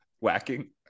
Whacking